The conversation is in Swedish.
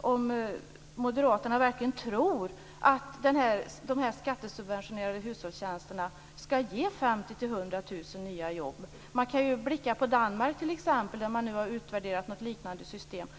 om Moderaterna verkligen tror att dessa skattesubventionerade hushållstjänsterna skall ge 50 000-100 000 nya jobb. Man kan ju se vad som har skett i Danmark, där man nu har utvärderat ett liknande system.